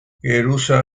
geruza